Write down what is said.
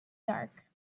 dark